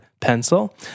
pencil